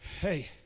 Hey